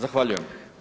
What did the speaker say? Zahvaljujem.